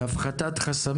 זה מחייב גם הפחתת חסמים,